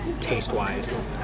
taste-wise